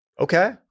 Okay